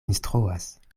instruas